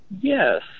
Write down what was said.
Yes